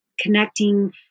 connecting